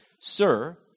Sir